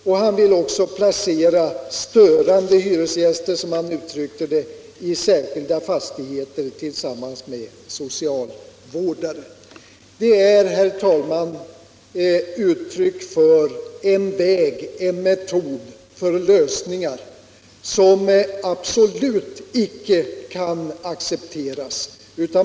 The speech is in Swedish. Och han vill också placera störande hyresgäster, som han uttrycker det, i särskilda fastigheter tillsammans med socialvårdare. Detta är, herr talman, uttryck för en metod för lösningar som absolut inte kan accepteras.